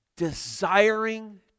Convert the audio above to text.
Desiring